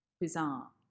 bizarre